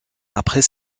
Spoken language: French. après